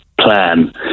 plan